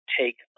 take